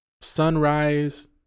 sunrise